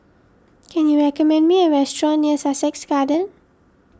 can you recommend me a restaurant near Sussex Garden